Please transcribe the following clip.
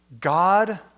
God